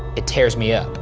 it tears me up.